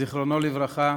זיכרונו לברכה,